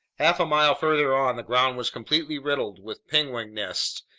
half a mile farther on, the ground was completely riddled with penguin nests,